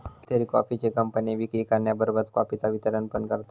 कितीतरी कॉफीचे कंपने विक्री करण्याबरोबरच कॉफीचा वितरण पण करतत